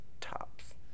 tops